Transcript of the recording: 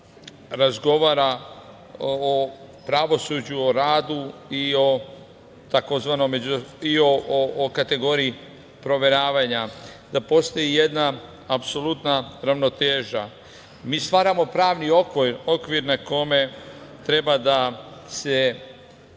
razgovara o pravosuđu, o radu i kategoriji proveravanja, da postoji jedna apsolutna ravnoteža. Mi stvaramo pravni okvir na kome treba da se